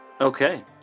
Okay